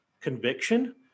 conviction